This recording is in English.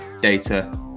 data